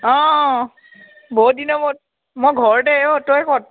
অ বহুতদিনৰ মূৰত মই ঘৰতে অ' তই ক'ত